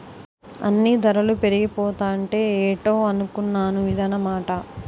అన్నీ దరలు పెరిగిపోతాంటే ఏటో అనుకున్నాను ఇదన్నమాట